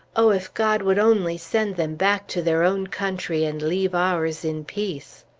oh, if god would only send them back to their own country, and leave ours in peace!